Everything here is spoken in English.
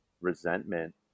resentment